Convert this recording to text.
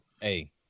Hey